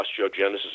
osteogenesis